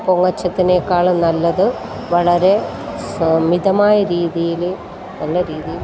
പൊങ്ങച്ചത്തിനെക്കാളും നല്ലത് വളരെ സ മിതമായ രീതിയിൽ നല്ല രീതിയിൽ